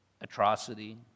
atrocity